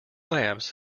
lamps